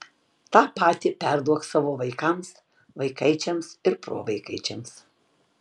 tą patį perduok savo vaikams vaikaičiams ir provaikaičiams